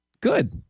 Good